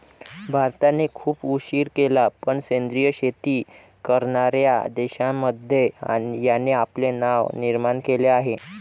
भारताने खूप उशीर केला पण सेंद्रिय शेती करणार्या देशांमध्ये याने आपले नाव निर्माण केले आहे